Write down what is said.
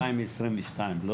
לא